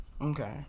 Okay